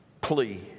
plea